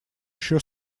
еще